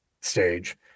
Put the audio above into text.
stage